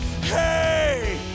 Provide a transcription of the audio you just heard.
hey